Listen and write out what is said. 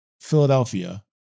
Philadelphia